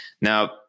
Now